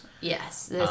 Yes